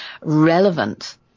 relevant